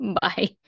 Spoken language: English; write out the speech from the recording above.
bye